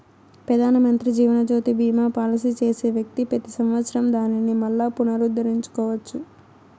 పెదానమంత్రి జీవనజ్యోతి బీమా పాలసీ చేసే వ్యక్తి పెతి సంవత్సరం దానిని మల్లా పునరుద్దరించుకోవచ్చు